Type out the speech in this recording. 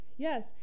Yes